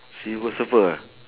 silver surfer ah